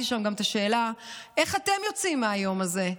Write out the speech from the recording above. שם גם את השאלה: איך אתם יוצאים מהיום הזה?